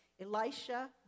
Elisha